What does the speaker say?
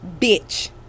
bitch